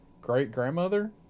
great-grandmother